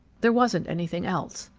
there wasn't anything else.